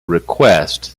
request